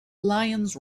lions